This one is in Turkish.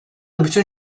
bütün